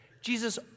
Jesus